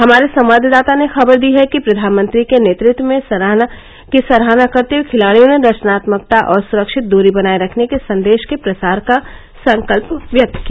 हमारे संवाददाता ने खबर दी है कि प्रधानमंत्री के नेतृत्व की सराहना करते हुए खिलाडियों ने रचनात्मकता और सुरक्षित दूरी बनाए रखने के संदेश के प्रसार का संकल्प व्यक्त किया